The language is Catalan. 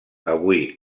avui